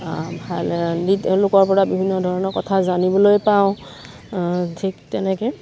ভাল দি তেওঁলোকৰ পৰা বিভিন্ন ধৰণৰ কথা জানিবলৈ পাওঁ ঠিক তেনেকৈ